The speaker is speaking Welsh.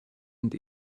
mynd